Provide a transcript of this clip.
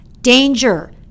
Danger